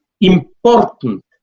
important